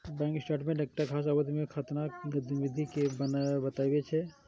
bank statement एकटा खास अवधि मे खाताक गतिविधि कें बतबै छै